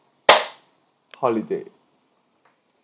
holiday